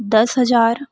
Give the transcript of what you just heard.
दस हज़ार